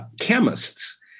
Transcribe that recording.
chemists